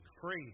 free